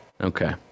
okay